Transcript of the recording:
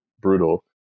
brutal